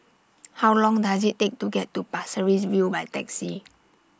How Long Does IT Take to get to Pasir Ris View By Taxi